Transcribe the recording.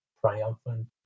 triumphant